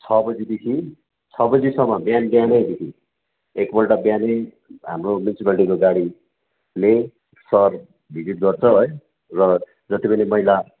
छ बजीदेखि छ बजीसम्म बिहान बिहानै एकपल्ट बिहानै हाम्रो म्युनिसिपालिटीको गाडीले सहर भिजिट गर्छ है र जतिपनि मैला